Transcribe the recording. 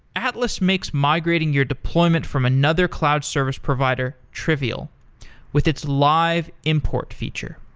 atlas makes migrating your deployment from another cloud service provider trivial with its live import feature.